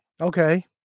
okay